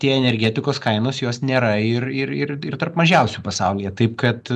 tie energetikos kainos jos nėra ir ir ir ir tarp mažiausių pasaulyje taip kad